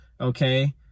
okay